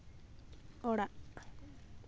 ᱚᱲᱟᱜ